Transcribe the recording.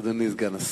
אדוני סגן השר.